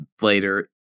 Later